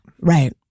Right